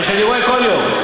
מה שאני רואה כל יום.